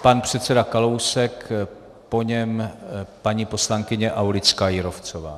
Pan předseda Kalousek, po něm paní poslankyně Aulická Jírovcová.